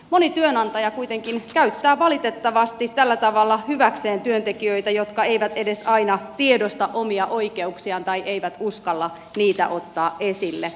moni työnantaja kuitenkin käyttää valitettavasti tällä tavalla hyväkseen työntekijöitä jotka eivät edes aina tiedosta omia oikeuksiaan tai eivät uskalla niitä ottaa esille